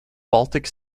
baltic